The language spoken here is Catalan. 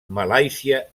malàisia